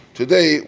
today